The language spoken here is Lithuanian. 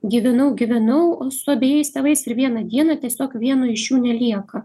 gyvenau gyvenau su abejais tėvais ir vieną dieną tiesiog vieno iš jų nelieka